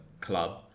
club